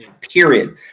period